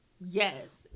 yes